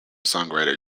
songwriter